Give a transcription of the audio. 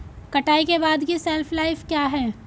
कटाई के बाद की शेल्फ लाइफ क्या है?